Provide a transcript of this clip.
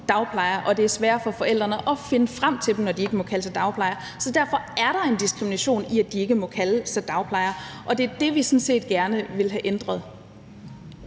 dagplejer, og det er sværere for forældrene at finde frem til dem, når de ikke må kalde sig dagplejere. Så derfor er der en diskrimination i, at de ikke må kalde sig dagplejere, og det er det, vi sådan set gerne vil have ændret.